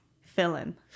fillin